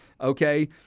okay